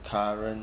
current